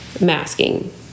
masking